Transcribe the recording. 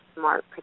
smart